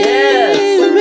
Yes